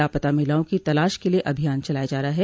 लापता महिलाओं की तलाश के लिये अभियान चलाया जा रहा है